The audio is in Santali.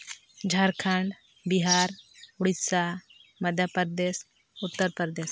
ᱡᱷᱟᱲᱠᱷᱚᱸᱰ ᱵᱤᱦᱟᱨ ᱳᱰᱤᱥᱟ ᱢᱚᱫᱽᱫᱷᱚᱯᱨᱚᱫᱮᱥ ᱩᱛᱛᱚᱨᱯᱨᱚᱫᱮᱥ